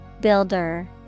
Builder